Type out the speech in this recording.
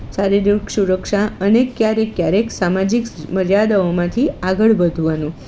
શારીરિક સુરક્ષા અને ક્યારેક ક્યારેક સામાજિક મર્યાદાઓમાંથી આગળ વધવાનું